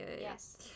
Yes